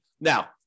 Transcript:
Now